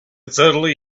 suddenly